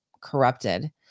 corrupted